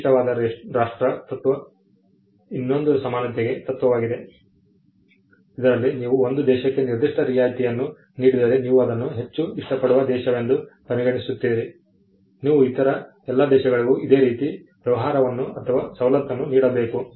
ಹೆಚ್ಚು ಇಷ್ಟವಾದ ರಾಷ್ಟ್ರ ತತ್ವ ಇನ್ನೊಂದು ಸಮಾನತೆಯ ತತ್ವವಾಗಿದೆ ಇದರಲ್ಲಿ ನೀವು ಒಂದು ದೇಶಕ್ಕೆ ನಿರ್ದಿಷ್ಟ ರಿಯಾಯಿತಿಯಿನ್ನು ನೀಡಿದರೆ ನೀವು ಅದನ್ನು ಹೆಚ್ಚು ಇಷ್ಟಪಡುವ ದೇಶವೆಂದು ಪರಿಗಣಿಸುತ್ತೀರಿ ನೀವು ಇತರ ಎಲ್ಲ ದೇಶಗಳಿಗೂ ಇದೇ ರೀತಿಯ ವ್ಯವಹಾರವನ್ನು ಅಥವಾ ಸವಲತ್ತನ್ನು ನೀಡಬೇಕು